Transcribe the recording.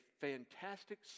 fantastic